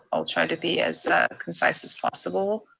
i'll try to be as concise as possible.